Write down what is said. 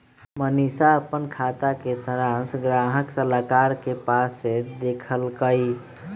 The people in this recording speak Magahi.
मनीशा अप्पन खाता के सरांश गाहक सलाहकार के पास से देखलकई